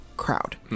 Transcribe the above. crowd